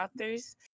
authors